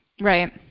Right